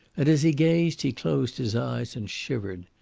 and, as he gazed, he closed his eyes and shivered.